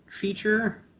feature